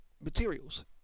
materials